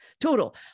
total